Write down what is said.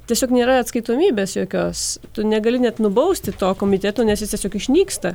tiesiog nėra atskaitomybės jokios tu negali net nubausti to komiteto nes jis tiesiog išnyksta